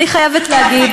אני חייבת להגיד